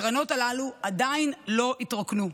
הקרנות הללו עדיין לא התרוקנו.